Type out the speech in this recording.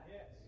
Yes